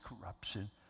corruption